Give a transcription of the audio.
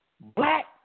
Black